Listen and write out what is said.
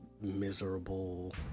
miserable